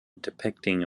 depicting